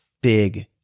big